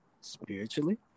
spiritually